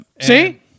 See